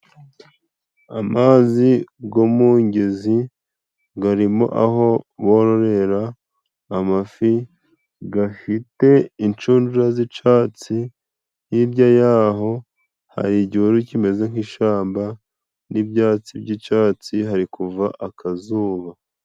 Amazi yo mungezi arimo aho bororera amafi, afite inshundura z'icyatsi. Hirya y'aho hari igihuru kimeze nk'ishyamba n'ibyatsi by'icyatsi, hari kuva akazuba.